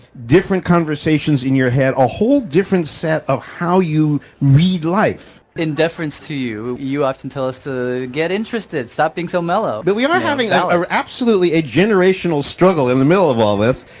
different conversations in your head, a whole different set of how you read life. in deference to you, you often tell us to get interested, stop being so mellow. but we are having absolutely a generational struggle in the middle of all this.